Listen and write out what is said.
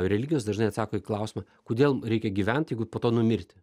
religijos dažnai atsako į klausimą kodėl reikia gyvent jeigu po to numirti